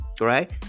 Right